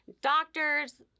doctors